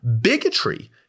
bigotry